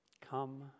Come